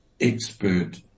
expert